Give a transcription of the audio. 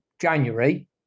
January